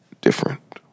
different